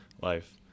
life